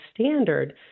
standard